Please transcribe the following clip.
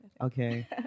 Okay